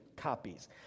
copies